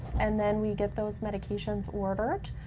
and then we get those medications ordered,